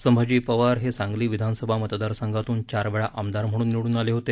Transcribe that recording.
संभाजी पवार हे सांगली विधानसभा मतदारसंघात्न चार वेळा आमदार म्हणून निवडून आले होते